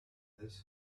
this